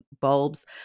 bulbs